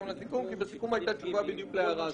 לסיכום כי בסיכום היתה בדיוק תשובה להערה הזאת.